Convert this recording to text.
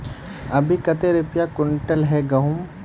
अभी कते रुपया कुंटल है गहुम?